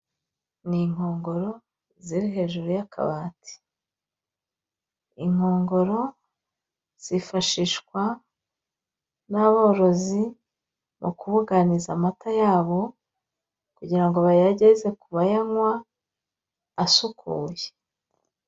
Ni inkongoro ziri hejuru y'akabati, inkongoro zifashishwa n'aborozi mu kubuganiza amata yabo kugira ngo bayageze ku bayanywa asukuye.